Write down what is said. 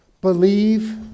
believe